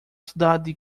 cidade